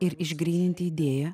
ir išgryninti idėją